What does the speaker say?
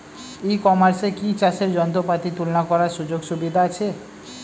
ই কমার্সে কি চাষের যন্ত্রপাতি তুলনা করার সুযোগ সুবিধা আছে?